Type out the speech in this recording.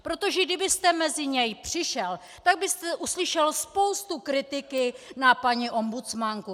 Protože kdybyste mezi něj přišel, tak byste uslyšel spoustu kritiky na paní ombudsmanku.